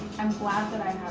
i'm glad that i